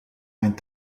mijn